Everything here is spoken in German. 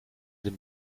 dem